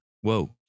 Whoa